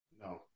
No